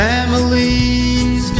Families